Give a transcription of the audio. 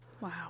Wow